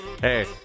Hey